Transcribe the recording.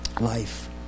Life